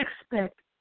expect